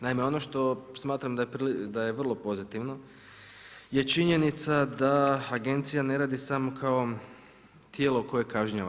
Naime, ono što smatram da je vrlo pozitivno, je činjenica da agencija ne adi samo kao tijelo koje kažnjava.